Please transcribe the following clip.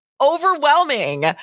overwhelming